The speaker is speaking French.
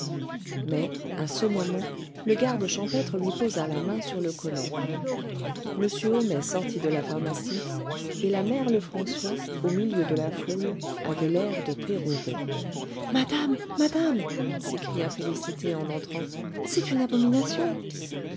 mais à ce moment le garde champêtre lui posa la main sur le collet m homais sortit de la pharmacie et la mère lefrançois au milieu de la foule avait l'air de pérorer madame madame s'écria félicité en entrant c'est une abomination